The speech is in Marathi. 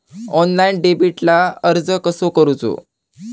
ऑनलाइन डेबिटला अर्ज कसो करूचो?